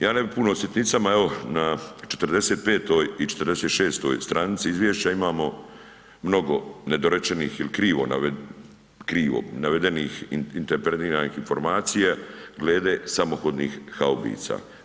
Ja ne bi puno o sitnicama evo na 45 i 46 stranici izvješća imamo mnogo nedorečenih il krivo navedenih, interpretiranih informacija glede samohodnih haubica.